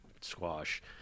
squash